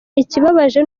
ikibabaje